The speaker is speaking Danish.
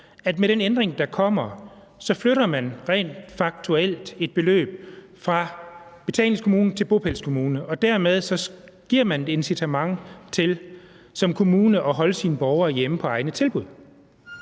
at med den ændring, der kommer, flytter man rent faktuelt et beløb fra betalingskommune til bopælskommune, og dermed giver man et incitament for kommunen til at holde sine borgere hjemme på egne tilbud?